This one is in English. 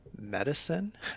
medicine